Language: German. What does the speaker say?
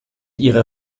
ihrer